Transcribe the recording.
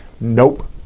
nope